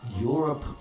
Europe